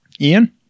Ian